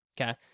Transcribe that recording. Okay